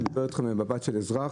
אני מדבר איתכם ממבט של אזרח,